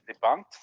debunked